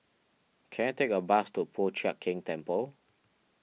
can I take a bus to Po Chiak Keng Temple